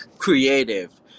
creative